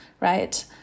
right